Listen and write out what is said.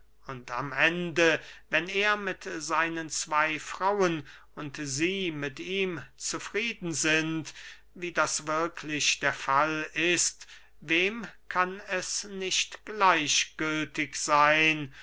und am ende wenn er mit seinen zwey frauen und sie mit ihm zufrieden sind wie das wirklich der fall ist wem kann es nicht gleichgültig seyn